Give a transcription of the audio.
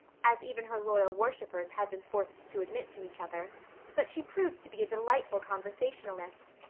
as even her loyal worshippers had been forced to admit to each other but she proved to be a delightful conversationalist.